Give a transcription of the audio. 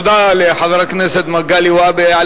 תודה לחבר הכנסת מגלי והבה.